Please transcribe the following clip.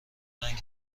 رنگ